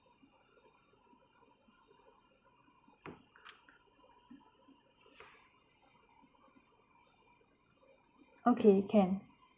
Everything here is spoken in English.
okay can